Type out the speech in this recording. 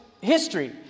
history